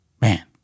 Man